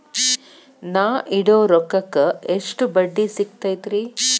ನಾ ಇಡೋ ರೊಕ್ಕಕ್ ಎಷ್ಟ ಬಡ್ಡಿ ಸಿಕ್ತೈತ್ರಿ?